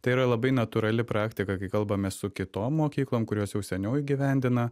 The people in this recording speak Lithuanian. tai yra labai natūrali praktika kai kalbamės su kitom mokyklom kurios jau seniau įgyvendina